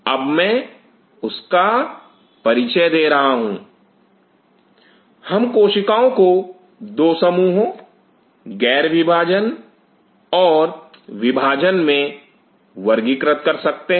अब मैं उसका परिचय दे रहा हूं हम कोशिकाओं को दो समूहों गैर विभाजन और विभाजन मे वर्गीकृत कर सकते हैं